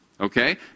Okay